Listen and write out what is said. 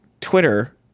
Twitter